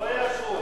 לא יאשרו.